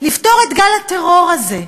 לפתור את גל הטרור הזה?